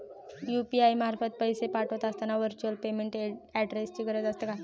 UPI मार्फत पैसे पाठवत असताना व्हर्च्युअल पेमेंट ऍड्रेसची गरज असते का?